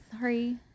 Sorry